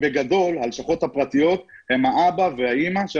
בגדול הלשכות הפרטיות הן האבא והאמא של